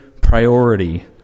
priority